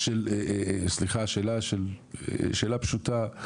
שאלה פשוטה.